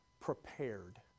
prepared